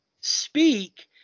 speak